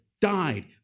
died